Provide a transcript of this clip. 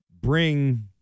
bring